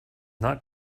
not